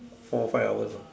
four five hours ah